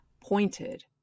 pointed